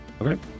Okay